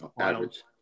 average